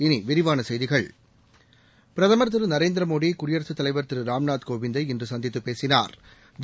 இனி விரிவான செய்திகள் பிரதமா் திரு நரேந்திரமோடி குடியரசுத் தலைவா் திரு ராம்நாத் கோவிந்தை இன்று சந்தித்து பேசினாா்